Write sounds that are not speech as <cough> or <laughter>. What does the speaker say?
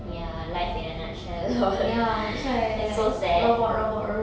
ya life in a nutshell or what <laughs> <breath> it's so sad